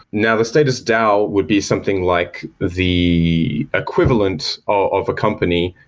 now, the status dow would be something like the equivalent of a company,